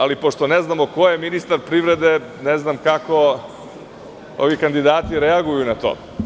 Ali, pošto ne znamo ko je ministar privrede ne znam kako ovi kandidati reaguju na to.